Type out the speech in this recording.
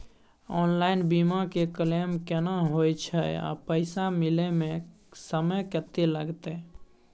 Online बीमा के claim केना होय छै आ पैसा मिले म समय केत्ते लगतै?